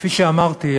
וכפי שאמרתי,